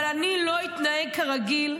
אבל אני לא אתנהג כרגיל,